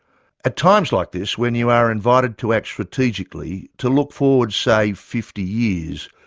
at times like this when you are invited to act strategically, to look forward say fifty years,